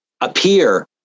appear